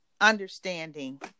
understanding